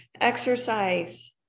exercise